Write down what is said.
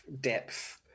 depth